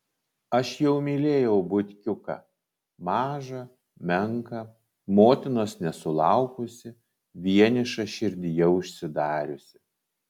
aš jau mylėjau butkiuką mažą menką motinos nesulaukusį vienišą širdyje užsidariusį